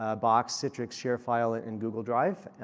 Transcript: ah box, so sure fire and google drive.